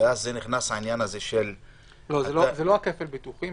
זה לא כפל הביטוחים.